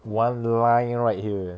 one line right here eh